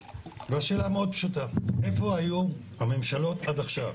השאלה מאוד פשוטה, איפה היו הממשלות עד עכשיו?